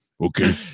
Okay